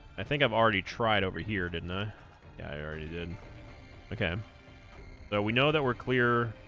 i think i've already tried over here didn't ah i already did okay so we know that we're clear